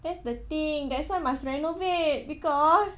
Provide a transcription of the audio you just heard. that's the thing that's why must renovate because